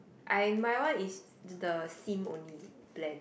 I my one is the same only plan